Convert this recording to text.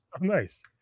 Nice